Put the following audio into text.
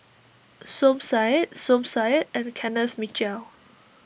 Som Said Som Said and Kenneth Mitchell